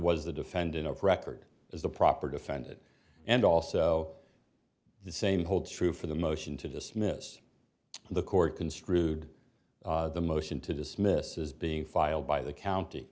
was the defendant of record is the proper defended and also the same holds true for the motion to dismiss the court construed the motion to dismiss is being filed by the county